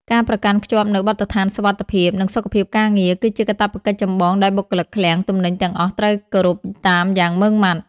ការប្រកាន់ខ្ជាប់នូវបទដ្ឋានសុវត្ថិភាព និងសុខភាពការងារ គឺជាកាតព្វកិច្ចចម្បងដែលបុគ្គលិកឃ្លាំងទំនិញទាំងអស់ត្រូវគោរពតាមយ៉ាងម៉ឺងម៉ាត់។